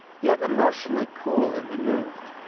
yet emotionally cool and removed.